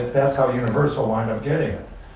that's how universal winded up getting it.